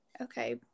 Okay